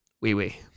wee-wee